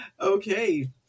Okay